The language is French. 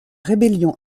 rébellion